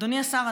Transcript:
אדוני השר,